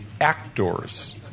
actors